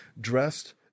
dressed